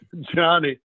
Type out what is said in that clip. Johnny